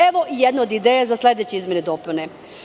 Evo jedne od ideja za sledeće izmene i dopune.